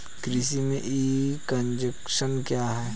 कृषि में e extension क्या है?